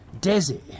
Desi